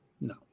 No